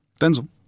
denzel